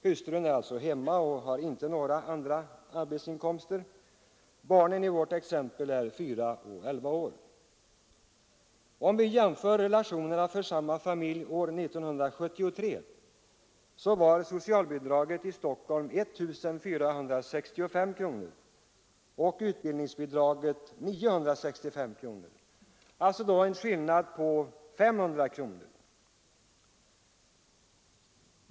Hustrun är hemmafru och har inga arbetsinkomster. Barnen är fyra och elva år. För samma familj år 1973 var socialbidraget i Stockholm 1 465 kronor och utbildningsbidraget 965 kronor. Skillnaden var alltså 500 kronor.